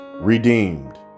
Redeemed